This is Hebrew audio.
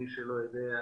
מי שלא יודע,